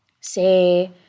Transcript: say